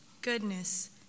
goodness